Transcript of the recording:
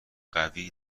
قوی